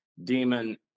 demon